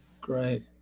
Great